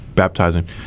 baptizing